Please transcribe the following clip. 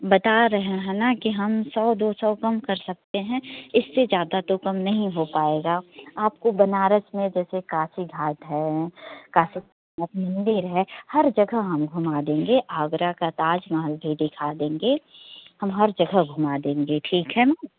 बता रहे हैं न कि हम सौ दो सौ कम कर सकते हैं इससे जादा तो कम नहीं हो पाएगा आपको बनारस में जैसे काशी घाट है काशी मंदिर है हर जगह हम घूमा देंगे आगरा का ताजमहल भी दिखा देंगे हम हर जगह घूमा देंगे ठीक है मैम